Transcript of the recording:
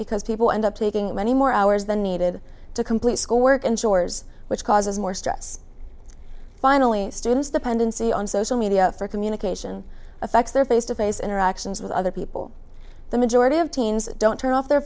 because people end up taking many more hours than needed to complete schoolwork and chores which causes more stress finally students dependency on social media for communication affects their face to face interactions with other people the majority of teens don't turn off their